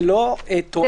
אני חושב שזה לא תואם.